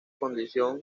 condición